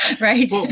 Right